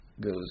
goes